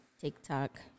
TikTok